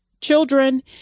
children